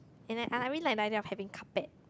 and I I really like the idea of having carpet